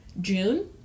June